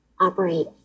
operate